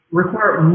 require